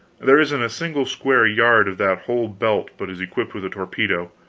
there isn't a single square yard of that whole belt but is equipped with a torpedo.